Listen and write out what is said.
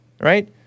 right